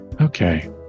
Okay